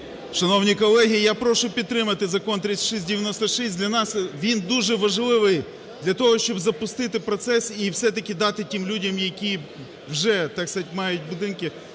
Шановні колеги, я прошу підтримати Закон 3696. Для нас він дуже важливий для того, щоб запустити процес і все-таки дати тим людям, які вже, так сказать,